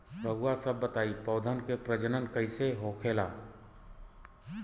रउआ सभ बताई पौधन क प्रजनन कईसे होला?